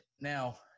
now